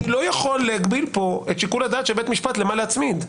אני לא יכול להגביל פה את שיקול הדעת של בית משפט למה להצמיד.